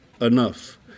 enough